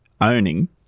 owning